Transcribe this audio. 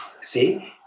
See